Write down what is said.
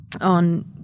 on